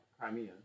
Crimea